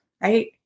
right